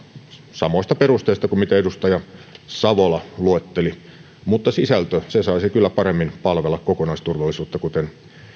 samoilla perusteilla kuin mitä edustaja savola luetteli mutta sisältö saisi kyllä paremmin palvella kokonaisturvallisuutta kuten